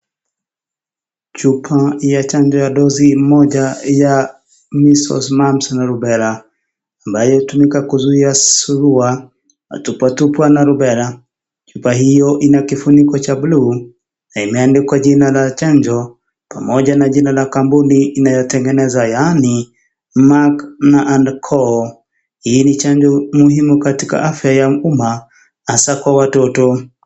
Chupa ya chanjo ya dosi moja ya measles, mumps na rubella, ambayo hutumika kuzuia zurua, matumbwitumbwi na rubella, chupa hiyo ina kifuniko cha buluu na imeandikwa jina la chanjo pamoja na jina la kampuni inayotengeneza yaani Merck and Co hii ni chanjo muhimu katika afya ya umma hasa kwa watoto.